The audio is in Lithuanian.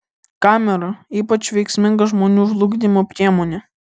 kamera ypač veiksminga žmonių žlugdymo priemonė